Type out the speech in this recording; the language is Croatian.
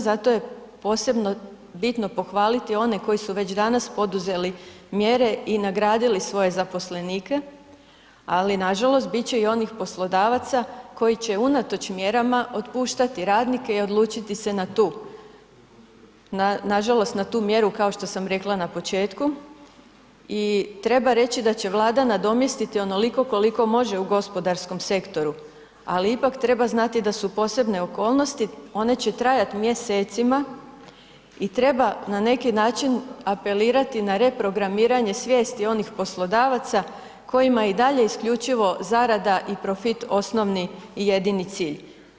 Zato je posebno bitno pohvaliti one koji su već danas poduzeli mjere i nagradili svoje zaposlenike, ali nažalost bit će i onih poslodavaca koji će unatoč mjerama otpuštati radnike i odlučiti se na tu, nažalost na tu mjeru kao što sam rekla na početku i treba reći da će Vlada nadomjestiti onoliko koliko može u gospodarskom sektoru, ali ipak treba znati da su posebne okolnosti, one će trajati mjesecima i treba na neki način apelirati na reprogramiranje svijesti onih poslodavaca koja je i dalje isključivo zarada i profit osnovni i jedini cilj.